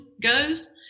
goes